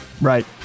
Right